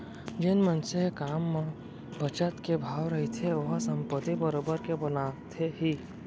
जेन मनसे के म बचत के भाव रहिथे ओहा संपत्ति बरोबर के बनाथे ही